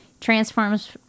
transforms